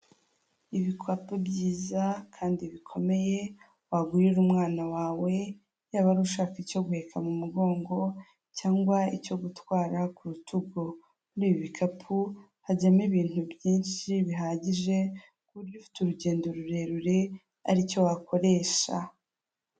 Ibikapu byiza kandi bikomeye wagurira umwana wawe, yaba ari ushaka icyo guheka mu mugongo, cyangwa icyo gutwara ku rutugu. Muri ibi bikapu hajyamo ibintu byinshi bihagije, ku buryo ufite urugendo rurerure ari cyo wakoresha.